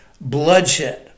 bloodshed